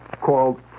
called